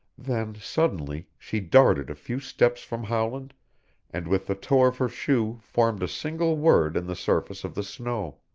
then, suddenly, she darted a few steps from howland and with the toe of her shoe formed a single word in the surface of the snow.